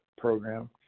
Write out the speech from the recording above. program